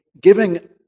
giving